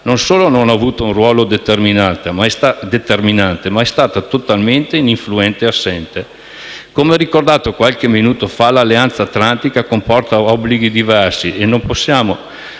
Non solo non ha avuto un ruolo determinante, ma è stata totalmente ininfluente e assente. Come ricordato qualche minuto fa, l'Alleanza atlantica comporta obblighi diversi e non possiamo